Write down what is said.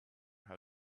how